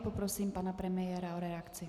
Prosím pana premiéra o reakci.